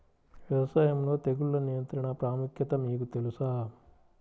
వ్యవసాయంలో తెగుళ్ల నియంత్రణ ప్రాముఖ్యత మీకు తెలుసా?